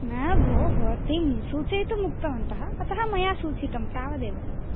न भोः भवतीं सूचयितुम् उक्तवन्त अत मया सूचितिं तावदेव